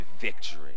victory